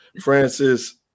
Francis